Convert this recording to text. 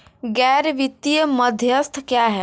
गैर वित्तीय मध्यस्थ क्या हैं?